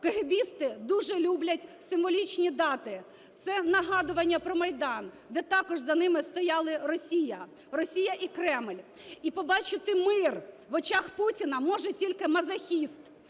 кегебісти дуже люблять символічні дати, це нагадування про Майдан, де також за ними стояла Росія. Росія і Кремль. І побачити мир в очах Путіна може тільки мазохіст.